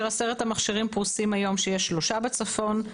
עשרת המכשירים פרוסים היום כך: שלושה בצפון,